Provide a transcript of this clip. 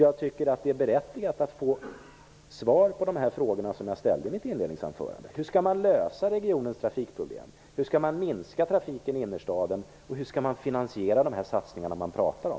Jag tycker därför att det är berättigat att kräva att få svar på de frågor som jag ställde i mitt inledningsanförande. Hur skall man lösa regionens trafikproblem? Hur skall man minska trafiken i innerstaden? Hur skall man finansiera de satsningar som man pratar om?